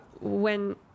when-